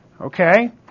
okay